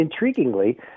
Intriguingly